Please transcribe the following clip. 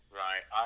right